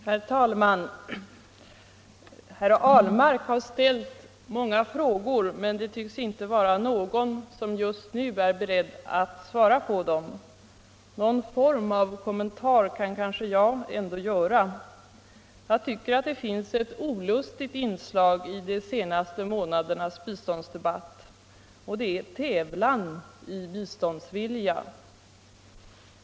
Herr talman! Herr Ahlmark har ställt många frågor, men det tycks inte vara någon som just nu är beredd att svara på dem. Någon form av kommentar kan kanske jag göra. Jag tycker att det finns ett olustigt inslag i de senaste månadernas biståndsdebatt, och det är tävlan i biståndsvilja.